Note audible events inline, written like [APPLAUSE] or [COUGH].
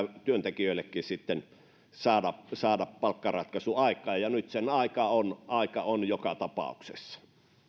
[UNINTELLIGIBLE] työntekijöillekin saada saada palkkaratkaisu aikaan ja nyt sen aika on aika on joka tapauksessa